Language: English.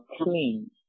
clean